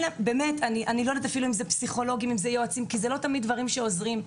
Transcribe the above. לא תמיד פסיכולוגים ויועצים עוזרים,